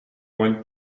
when